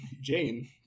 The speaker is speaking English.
jane